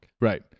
Right